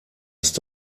ist